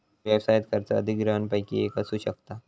व्यवसायात खर्च अधिग्रहणपैकी एक असू शकता